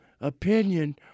opinion